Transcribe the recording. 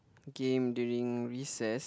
game during recess